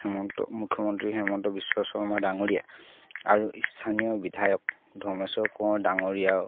হিমন্ত মুখ্যমন্ত্ৰী হিমন্ত বিশ্ব শৰ্মা ডাঙৰীয়া আৰু স্থানীয় বিধায়ক ধমেশ্বৰ কোঁৱৰ ডাঙৰীয়াও